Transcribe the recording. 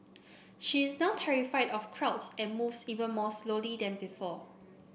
she is now terrified of crowds and moves even more slowly than before